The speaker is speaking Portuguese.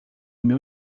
meu